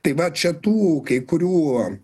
tai va čia tų kai kurių